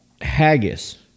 Haggis